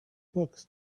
books